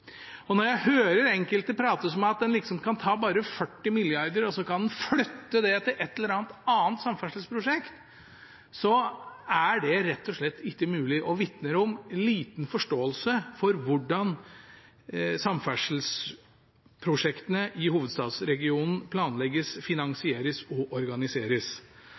bidrag. Når jeg hører enkelte prate om at en liksom bare kan ta 40 mrd. kr og flytte dem til et eller annet annet samferdselsprosjekt, er det rett og slett ikke mulig og vitner om liten forståelse for hvordan samferdselsprosjektene i hovedstadsregionen planlegges, finansieres og organiseres.